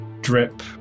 drip